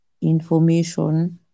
information